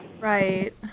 Right